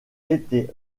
été